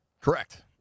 correct